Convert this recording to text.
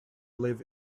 live